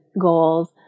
goals